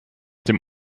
dem